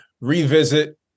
revisit